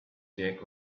jake